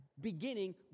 beginning